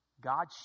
God